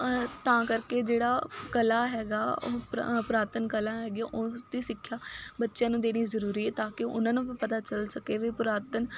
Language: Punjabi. ਤਾਂ ਕਰਕੇ ਜਿਹੜਾ ਕਲਾ ਹੈਗਾ ਉਹ ਪੁਰਾ ਪੁਰਾਤਨ ਕਲਾ ਹੈਗੀ ਆ ਉਸ ਦੀ ਸਿੱਖਿਆ ਬੱਚਿਆਂ ਨੂੰ ਦੇਣੀ ਜ਼ਰੂਰੀ ਹੈ ਤਾਂ ਕਿ ਉਹਨਾਂ ਨੂੰ ਵੀ ਪਤਾ ਚੱਲ ਸਕੇ ਵੀ ਪੁਰਾਤਨ